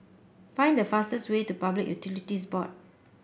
find the fastest way to Public Utilities Board